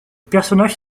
personnages